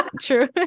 true